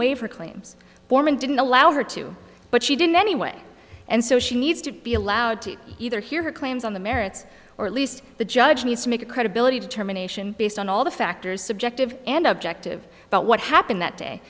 waver claims form and didn't allow her to but she didn't anyway and so she needs to be allowed to either hear her claims on the merits or at least the judge needs to make a credibility determination based on all the factors subjective and objective about what happened that day